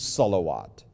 salawat